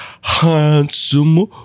handsome